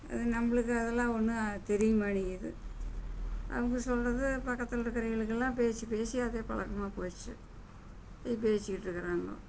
அது நம்மளுக்கு அதெல்லாம் ஒன்றும் தெரிய மாட்டேங்கிறது அவங்க சொல்கிறது பக்கத்தில் இருக்கறவங்களுக்குலாம் பேசி பேசி அதே பழக்கமா போச்சு போய் பேசிக்கிட்டிருக்கறாங்கோ